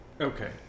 okay